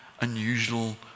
unusual